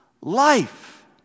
Life